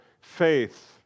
faith